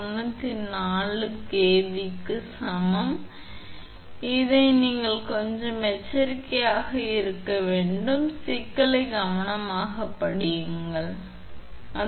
94 kV உச்ச மதிப்புக்கு சமம் நீங்கள் இதைப் பற்றி கொஞ்சம் எச்சரிக்கையாக இருக்க வேண்டும் சிக்கலை கவனமாகப் படியுங்கள் அதன்படி நீங்கள் செய்ய வேண்டும்